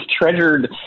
treasured